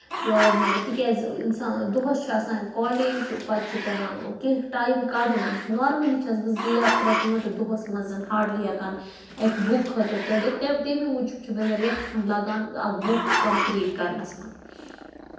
تِکیازِ اِنسان دۄہَس چھُ آسان کولیج پَتہٕ چھُ پیوان کیٚنٛہہ ٹایم کَڑُن نارملی چھس بہٕ زٕ یا ترٛےٚ گٲنٹہٕ دۄہَس مَنزَن ہاڈلی ہیٚکان اَکہِ بُک خٲطرٕ کٔڑِتھ ت تَمی موٗجوٗب چھُ مےٚ رٮ۪تھ کَھنڑ لَگان اَکھ بُک کَمپلیٖٹ کَرنَس مَنز